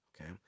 Okay